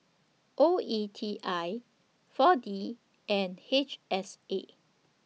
O E T I four D and H S A